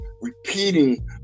repeating